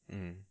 mm